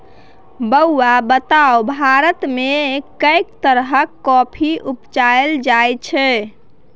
बौआ बताउ भारतमे कैक तरहक कॉफी उपजाएल जाइत छै?